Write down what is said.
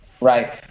right